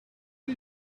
did